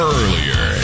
earlier